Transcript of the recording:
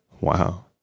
Wow